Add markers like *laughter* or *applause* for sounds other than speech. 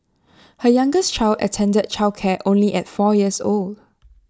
*noise* her youngest child attended childcare only at four years old